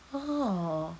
orh